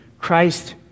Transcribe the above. Christ